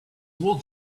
wool